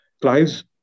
Clive's